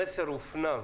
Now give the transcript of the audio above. המסר הופנם,